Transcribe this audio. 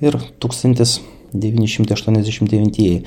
ir tūkstantis devyni šimtai aštuoniasdešim devintieji